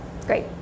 great